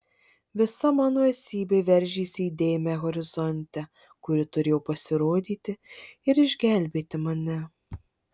visa mano esybė veržėsi į dėmę horizonte kuri turėjo pasirodyti ir išgelbėti mane